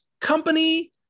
company